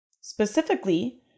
Specifically